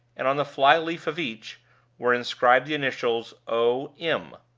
and on the fly-leaf of each were inscribed the initials o. m.